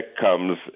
comes